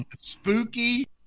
Spooky